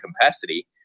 capacity